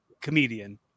comedian